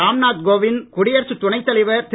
ராம்நாத் கோவிந்த் குடியரசுத் துணைத் தலைவர் திரு